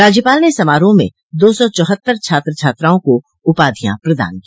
राज्यपाल ने समारोह में दो सौ चौहत्तर छात्र छात्राओं को उपाधियां प्रदान की